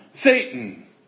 Satan